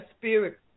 Spirit